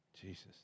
Jesus